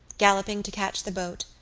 galloping to catch the boat,